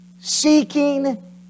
seeking